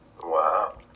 Wow